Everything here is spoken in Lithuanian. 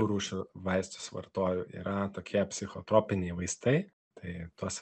rūšių vaistus vartoju yra tokie psichotropiniai vaistai tai tuos